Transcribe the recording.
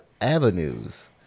avenues